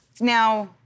Now